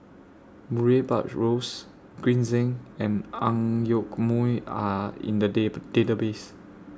Murray Buttrose Green Zeng and Ang Yoke Mooi Are in The Datbase